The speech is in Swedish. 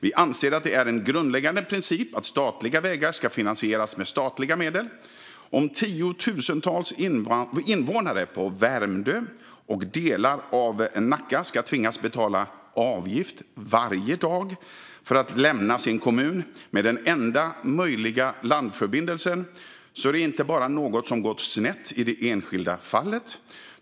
Vi anser att det är en grundläggande princip att statliga vägar ska finansieras med statliga medel. Om tiotusentals invånare på Värmdö och delar av Nacka ska tvingas betala avgift varje dag för att lämna sin kommun med den enda möjliga landförbindelsen är det inte bara något som gått snett i det enskilda fallet.